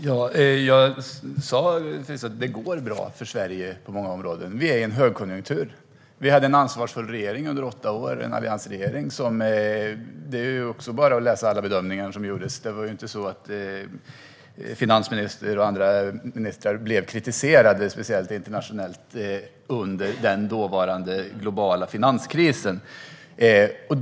Herr talman! Jag sa precis att det går bra för Sverige på många områden. Vi är i en högkonjunktur. Vi hade under åtta år en ansvarsfull alliansregering. Det är bara att läsa alla bedömningar som gjordes; det var inte så att finansministern och andra ministrar blev speciellt kritiserade internationellt under den dåvarande globala finanskrisen.